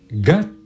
got